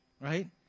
right